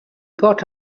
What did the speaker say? got